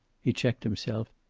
he checked himself.